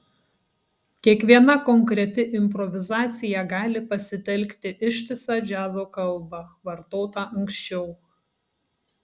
kiekviena konkreti improvizacija gali pasitelkti ištisą džiazo kalbą vartotą anksčiau